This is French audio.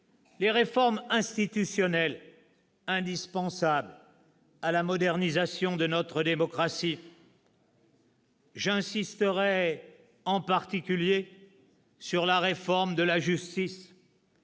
les réformes institutionnelles indispensables à la modernisation de notre démocratie. « J'insisterai en particulier sur la réforme de la justice.